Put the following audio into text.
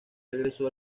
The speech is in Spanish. regresó